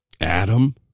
Adam